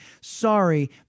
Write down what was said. Sorry